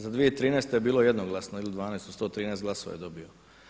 Za 2013. je bilo jednoglasno ili 12 od 113 glasova je dobio.